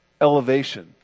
elevation